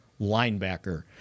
linebacker